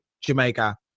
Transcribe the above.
Jamaica